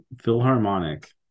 Philharmonic